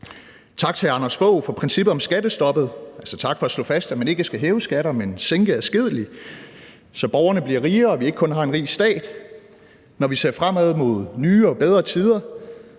Tak til Anders Fogh Rasmussen for princippet om skattestoppet, alså tak for at slå fast, at man ikke skal hæve skatter, men sænke adskillige, så borgerne bliver rigere og vi ikke kun har en rig stat. Når vi ser fremad mod nye og bedre tider,